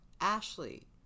ashley